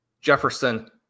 jefferson